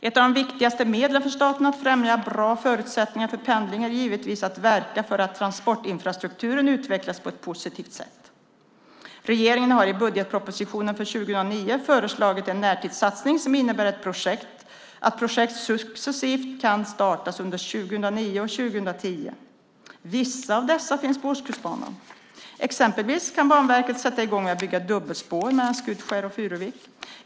Ett av de viktigaste medlen för staten att främja bra förutsättningar för pendling är givetvis att verka för att transportinfrastrukturen utvecklas på ett positivt sätt. Regeringen har i budgetpropositionen för 2009 föreslagit en närtidssatsning som innebär att projekt successivt kan startas under 2009 och 2010. Vissa av dessa finns på Ostkustbanan. Exempelvis kan Banverket sätta i gång med att bygga dubbelspår mellan Skutskär och Furuvik.